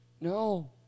No